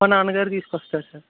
మా నాన్నగారు తీసుకొస్తారు సార్